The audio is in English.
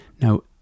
Now